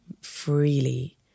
freely